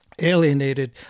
alienated